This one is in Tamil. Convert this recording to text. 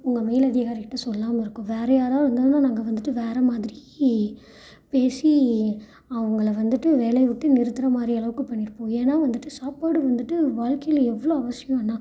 உங்கள் மேல் அதிகாரிட்டே சொல்லாமல் இருக்கோம் வேறு யாராவது இருந்திருந்தா நாங்கள் வந்துவிட்டு வேறு மாதிரி பேசி அவங்களை வந்துவிட்டு வேலையவிட்டு நிறுத்துற மாதிரி அளவுக்கு பண்ணியிருப்போம் ஏன்னா வந்துவிட்டு சாப்பாடு வந்துவிட்டு வாழ்க்கையில் எவ்வளோ அவசியம் அண்ணா